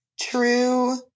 true